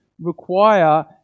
require